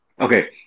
Okay